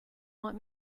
want